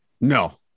No